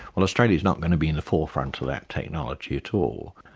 well australia's not going to be in the forefront of that technology at all.